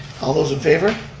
all those in favor?